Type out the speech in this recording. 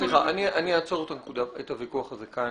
אני אעצור את הוויכוח הזה כאן.